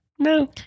No